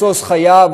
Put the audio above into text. משוש חייו,